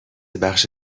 بخش